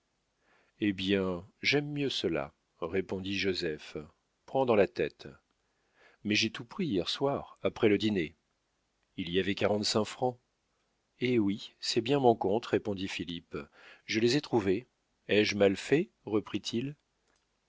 eh bien j'aime mieux cela répondit joseph prends dans la tête mais j'ai tout pris hier soir après le dîner il y avait quarante-cinq francs eh oui c'est bien mon compte répondit philippe je les ai trouvés ai-je mal fait reprit-il